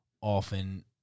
often